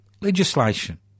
legislation